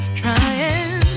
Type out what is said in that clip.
trying